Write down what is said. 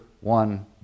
one